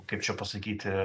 kaip čia pasakyti